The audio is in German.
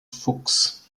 fuchs